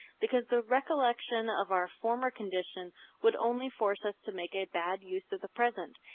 because the recollection of our former condition would only force us to make a bad use of the present.